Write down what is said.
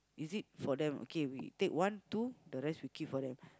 is it for them okay we take one two the rest we keep for them